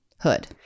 hood